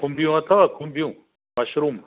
खुंंबियूं अथव खुंबियूं मशरूम